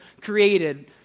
created